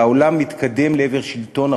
והעולם מתקדם לעבר שלטון החוק.